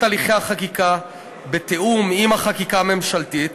הליכי החקיקה בתיאום עם החקיקה הממשלתית.